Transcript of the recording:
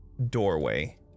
Doorway